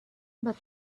but